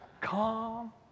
calm